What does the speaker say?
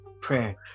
prayer